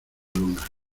luna